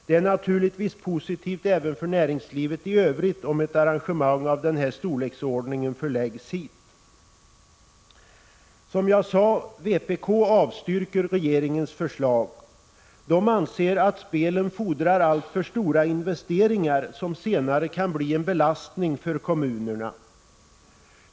Det är naturligtvis positivt även för näringslivet i övrigt om ett arrangemang av den här storleksordningen förläggs hit. Vpk avstyrker, som jag sade, regeringens förslag. Vpk anser att spelen fordrar alltför stora investeringar som senare kan bli en belastning för kommunerna.